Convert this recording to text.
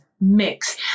mix